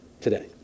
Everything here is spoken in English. today